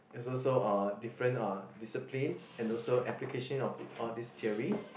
is also uh different uh discipline and also application of all these theory